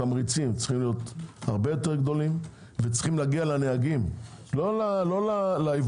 התמריצים צריכים להיות הרבה יותר גדולים ולהגיע לנהגים לא ליבואן.